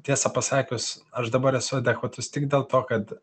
tiesą pasakius aš dabar esu adekvatus tik dėl to kad